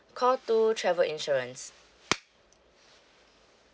call two travel insurance